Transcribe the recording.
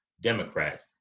Democrats